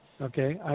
okay